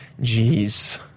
jeez